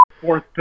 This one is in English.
fourth